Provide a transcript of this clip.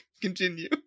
Continue